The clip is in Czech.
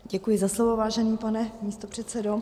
Děkuji za slovo, vážený pane místopředsedo.